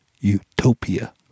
Utopia